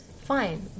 fine